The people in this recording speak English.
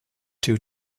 two